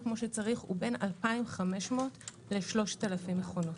כמו שצריך היא בין 2,500 ל-3,000 מכונות.